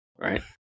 right